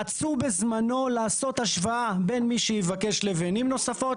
רצו בזמנו לעשות השוואה בין מי שיבקש לבנים נוספות,